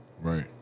right